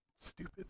Stupid